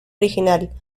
original